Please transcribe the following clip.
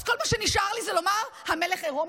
אז כל מה שנשאר לי הוא לומר שהמלך עירום,